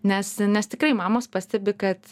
nes nes tikrai mamos pastebi kad